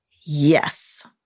yes